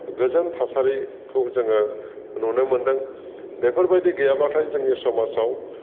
गोजोन थासारिखौ जोङो नुनो मोन्दों बेफोरबायदि गैयाबाथाय जोंनि समाजाव